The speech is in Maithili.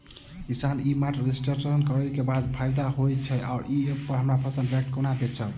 किसान ई मार्ट रजिस्ट्रेशन करै केँ बाद की फायदा होइ छै आ ऐप हम फसल डायरेक्ट केना बेचब?